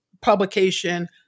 publication